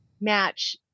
match